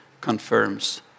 confirms